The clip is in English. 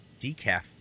decaf